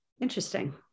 Interesting